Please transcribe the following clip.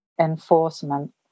enforcement